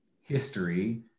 history